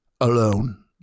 alone